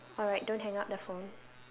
alright don't hang up the phone